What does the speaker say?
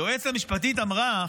היועצת המשפטית אמרה,